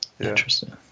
Interesting